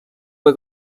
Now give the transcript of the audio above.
fue